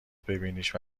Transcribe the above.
ببینیش